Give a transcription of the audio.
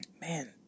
man